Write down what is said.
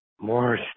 more